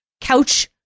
couch-